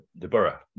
Deborah